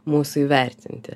mūsų įvertinti